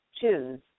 choose